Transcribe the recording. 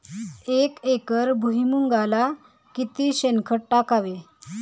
एक एकर भुईमुगाला किती शेणखत टाकावे?